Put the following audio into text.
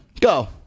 Go